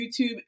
YouTube